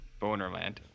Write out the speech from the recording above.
Bonerland